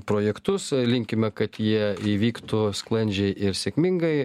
projektus linkime kad jie įvyktų sklandžiai ir sėkmingai